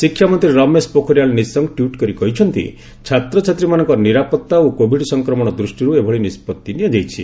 ଶିକ୍ଷାମନ୍ତ୍ରୀ ରମେଶ ପୋଖରିଆଲ୍ ନିଶଙ୍କ ଟ୍ୱିଟ୍ କରି କହିଛନ୍ତି ଛାତ୍ରଛାତ୍ରୀମାନଙ୍କ ନିରାପତ୍ତା ଓ କୋଭିଡ୍ ସଂକ୍ରମଣ ଦୃଷ୍ଟିରୁ ଏଭଳି ନିଷ୍ପଭି ନିଆଯାଇଛି